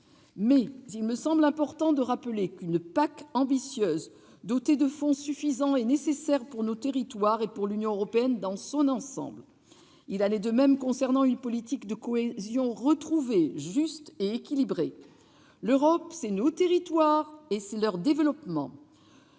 il me semble important de rappeler qu'une PAC ambitieuse, dotée de fonds suffisants, est nécessaire pour nos territoires et pour l'Union européenne dans son ensemble, de même qu'une politique de cohésion retrouvée, juste et équilibrée. L'Europe, c'est nos territoires et leur développement.